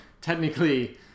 technically